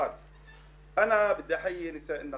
(מדבר בערבית).